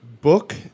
Book